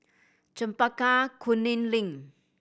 Chempaka Kuning Link